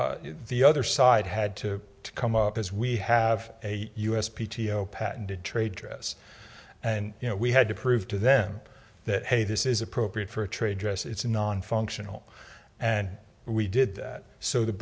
the other side had to come up as we have a u s p t o patented trade dress and you know we had to prove to them that hey this is appropriate for a trade dress it's nonfunctional and we did that so the